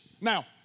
Now